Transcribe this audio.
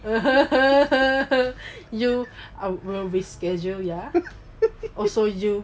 you will be schedule ya also you